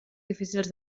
difícils